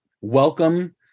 welcome